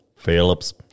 Phillips